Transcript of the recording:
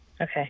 Okay